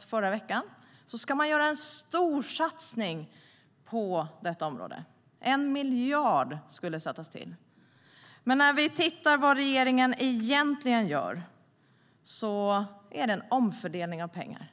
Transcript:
förra veckan ska man göra en storsatsning på området. 1 miljard ska sättas till. Men när vi tittar på vad regeringen egentligen gör är det fråga om en omfördelning av pengar.